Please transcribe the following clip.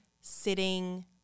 sitting